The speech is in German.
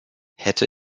hätte